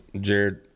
Jared